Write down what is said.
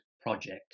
project